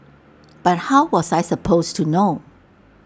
but how was I supposed to know